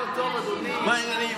לא לכולם אכפת מהאנשים,